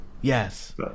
Yes